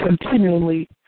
continually